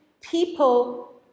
people